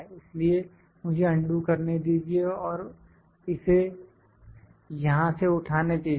इसलिए मुझे अंडू करने दीजिए और इसे यहां से उठाने दीजिए